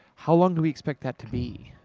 how long do we expect that to be.